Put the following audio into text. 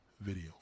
video